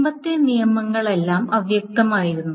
മുമ്പത്തെ നിയമങ്ങളെല്ലാം അവ്യക്തമായിരുന്നു